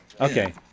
Okay